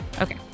Okay